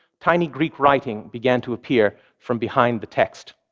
tiny greek writing began to appear from behind the text.